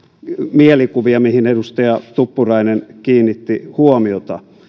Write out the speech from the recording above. mielikuvia mihin edustaja tuppurainen kiinnitti huomiota